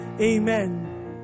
amen